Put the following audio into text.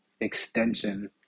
extension